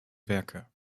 werke